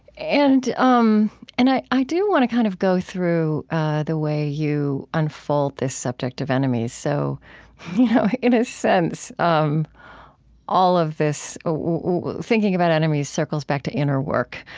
and um and i i do want to kind of go through the way you unfold this subject of enemies. so in a sense, um all of this thinking about enemies circles back to inner work.